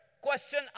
question